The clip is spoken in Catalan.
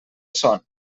son